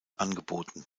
angeboten